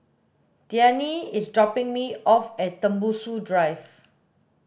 Deane is dropping me off at Tembusu Drive